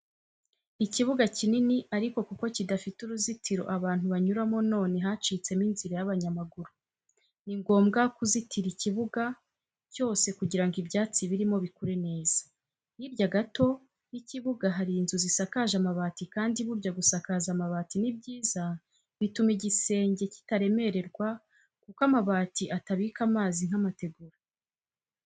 Ikibuga kinini ariko kuko kidafite uruzitiro abantu banyuramo none hacitsemo inzira y'abanyamaguru. Ni ngombwa kuzitira ikibiga cyose kugira ngo ibyatsi birimo bikure neza. Hirya gato y'ikibuga hari inzu zisakaje amabati kandi burya gusaka amabati ni byiza bituma igisenge kitaremererwa kuko amabati atabika amazi nk'amategura.